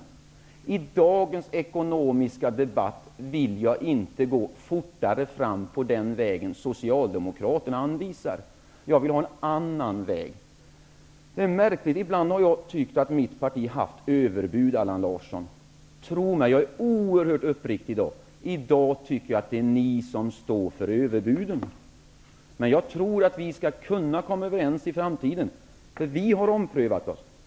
Men i dagens ekonomiska debatt vill jag inte gå fortare fram på den väg som Socialdemokraterna anvisar. Jag vill ha en annan väg. Ibland har jag tyckt att mitt parti har kommit med överbud, Allan Larsson. Men tro mig; jag är oerhört uppriktig i dag. Nu tycker jag att ni står för överbuden. Men jag tror att vi skall kunna komma överens i framtiden. Vi har omprövat vår ståndpunkt.